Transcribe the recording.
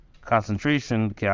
concentration